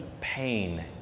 pain